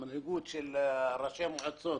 ראשי המועצות,